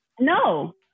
No